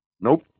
nope